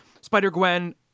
Spider-Gwen